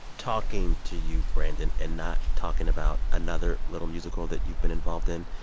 talking to you, brandon, and not talking about another little musical that you've been involved in.